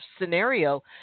scenario